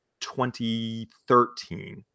2013